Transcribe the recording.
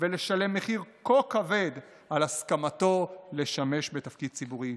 ולשלם מחיר כה כבד על הסכמתו לשמש בתפקיד ציבורי.